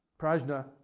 prajna